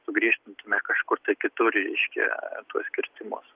sugriežtintumėme kažkur kitur reiškia tuos skirtumus